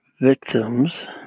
victims